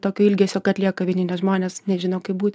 tokio ilgesio kad lieka vieni nes žmonės nežino kaip būt